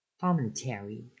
Commentary